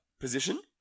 Position